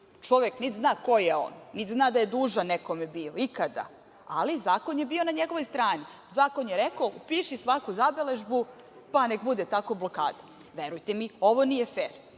Čovek niti zna ko je on, niti zna da je dužan nekome bio, ikada, ali, zakon je bio na njegovoj strani. Zakon je rekao - upiši svaku zabeležbu, pa nek bude tako blokada. Verujte mi, ovo nije fer.